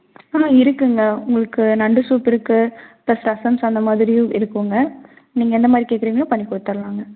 ஆ இருக்குதுங்க உங்களுக்கு நண்டு சூப் இருக்குது ப்ளஸ் ரசம் அந்த மாதிரியும் இருக்குதுங்க நீங்கள் எந்த மாதிரி கேட்குறீங்களோ பண்ணி கொடுத்துர்லாங்க